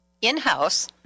In-house